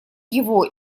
его